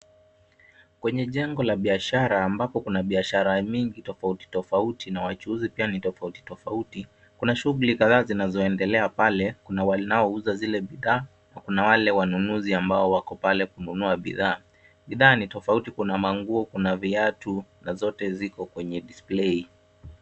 Kwenye jengo la biashara ambapo kuna biashara mingi tofauti tofauti na wachuuzi pia ni tofauti tofauti. Kuna shughuli kadhaa zinazoendelea pale. Kuna wale wanaouza bidhaa na pia kuna wale wanunuzi ambao wako pale kununua bidhaa. Bidhaa ni tofauti kuna manguo, kuna viatu na zote ziko kwenye display .